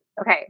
Okay